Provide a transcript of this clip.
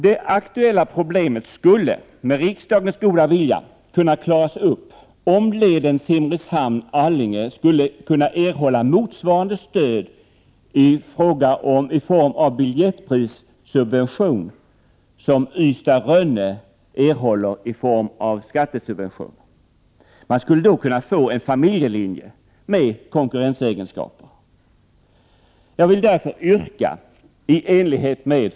Det aktuella problemet skulle, med riksdagens goda vilja, kunna klaras upp, om linjen Simrishamn-Allinge kunde erhålla stöd i form av biljettprissubvention motsvarande det stöd som linjen Ystad-Rönne erhåller i form av skattesubvention. Man skulle då kunna få en familjelinje med konkurrensegenskaper.